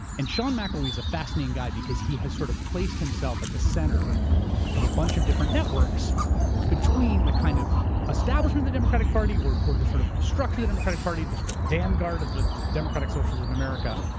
and sean mcelwee's a fascinating guy because he has sort of placed himself at the center of a bunch of different networks between the kind of establishment of the democratic party, or or the sort of structure of the democratic party. the sort of vanguard of the the democratic socialists of america,